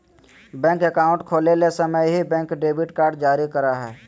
bank account खोले समय ही, बैंक डेबिट कार्ड जारी करा हइ